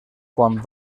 quan